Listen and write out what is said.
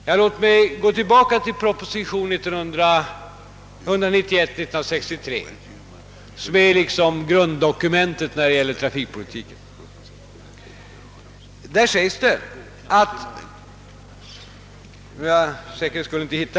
Ja, låt oss gå tillbaka till proposition nr 191/1963, som är liksom grunddokumentet när det gäller trafikpolitiken.